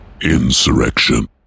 Insurrection